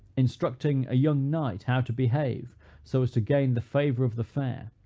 instructing a young knight how to behave so as to gain the favor of the fair,